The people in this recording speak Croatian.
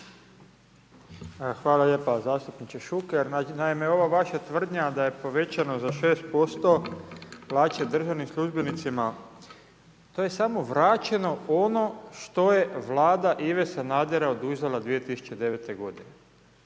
Hvala lijepo zastupniče Šuker, naime, ova vaša tvrdnja da je povećano za 6% plaće državnim službenicima, to je samo vraćeno ono što je vlada Ive Sanadera oduzela 2009. g.